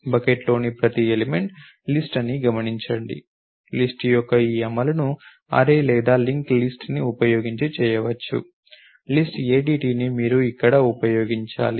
బకెట్లోని ప్రతి element list అని గమనించండి లిస్ట్ యొక్క ఈ అమలును అర్రే లేదా లింక్ లిస్ట్ ను ఉపయోగించి చేయవచ్చు లిస్ట్ ADTని మీరు అక్కడ ఉపయోగించాలి